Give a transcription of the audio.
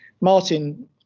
Martin